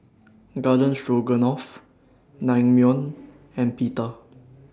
Garden Stroganoff Naengmyeon and Pita